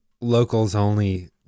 locals-only